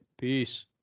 peace